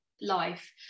life